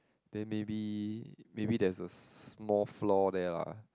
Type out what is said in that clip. then maybe maybe there's a small flaw there lah